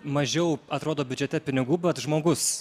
mažiau atrodo biudžete pinigų bet žmogus